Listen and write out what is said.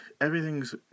everything's